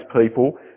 people